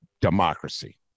democracy